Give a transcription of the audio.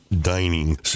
dining